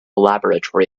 laboratory